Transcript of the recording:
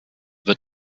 wird